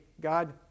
God